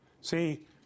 See